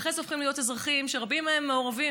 ואחרי זה הופכים להיות אזרחים שרבים מהם מעורבים.